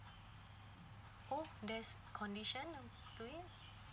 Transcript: oh there's condition to it